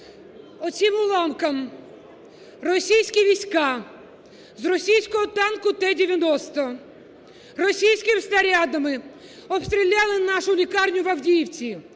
Оцим уламком російські війська з російського танку "Т-90" російськими снарядами обстріляли нашу лікарню в Авдіївці.